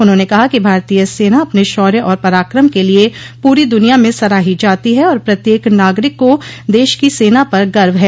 उन्होंने कहा कि भारतीय सेना अपने शौर्य और पराकम क लिए पूरी दुनिया में सराही जाती है और प्रत्येक नागरिक को देश की सेना पर गर्व है